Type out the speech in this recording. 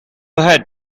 ahead